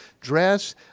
dress